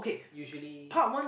usually